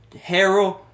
Harold